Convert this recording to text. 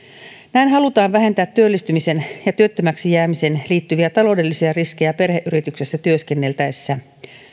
näin halutaan vähentää työllistymiseen ja työttömäksi jäämiseen liittyviä taloudellisia riskejä perheyrityksessä työskenneltäessä